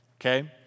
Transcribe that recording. okay